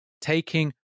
taking